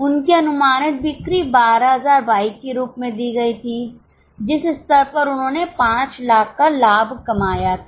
उनकी अनुमानित बिक्री १२००० बाइक के रूप में दी गई थी जिस स्तर पर उन्होंने ५ लाख का लाभ कमाया था